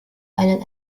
einen